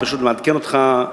אני פשוט מעדכן אותך,